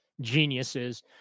geniuses